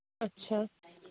اچھا